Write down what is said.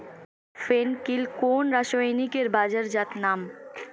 ফেন কিল কোন রাসায়নিকের বাজারজাত নাম?